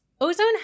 Ozone